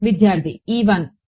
విద్యార్థిE 1